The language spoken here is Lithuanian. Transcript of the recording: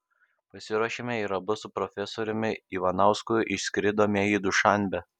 pasiruošėme ir abu su profesoriumi ivanausku išskridome į dušanbę